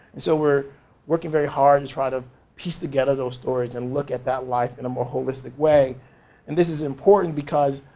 so we're working very hard and try to piece together those stories and look at that life in a more holistic way and this is important because,